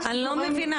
אני לא מבינה.